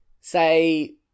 say